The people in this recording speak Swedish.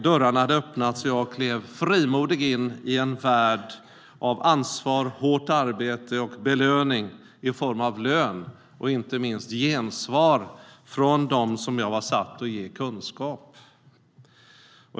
Dörrarna hade öppnats, och jag klev frimodigt in i en värld av ansvar, hårt arbete och belöning i form av lön och inte minst gensvar från dem som jag var satt att ge kunskap.